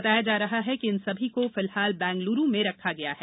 बताया जा रहा है कि इन सभी को फिलहाल बैंगलुरु में रखा गया है